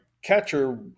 Catcher